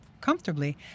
comfortably